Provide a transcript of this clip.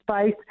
space